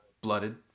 blooded